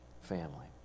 family